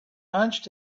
hunched